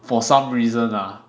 for some reason lah